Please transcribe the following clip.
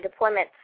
deployments